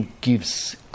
gives